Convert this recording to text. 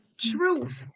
truth